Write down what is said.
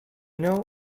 know